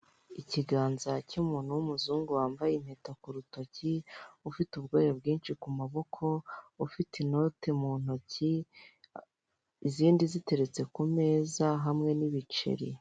Ikiganza cy'muntu w'umuzungu wambaye impeta ku rutoki, ufite ubwoya bwinshi ku maboko, ufite inoti mu ntoki izindi ziteretse ku meza hamwe n'ibiceri.